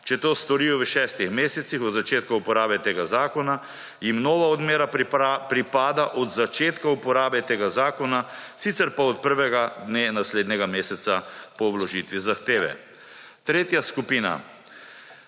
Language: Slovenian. Če to storijo v šestih mesecih od začetka uporabe tega zakona, jim nova odmera pripada od začetka uporabe tega zakona sicer pa od prvega dne naslednjega meseca po vložitvi zahteve. Tretja skupina,